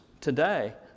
today